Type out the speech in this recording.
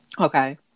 okay